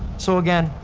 so again,